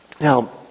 Now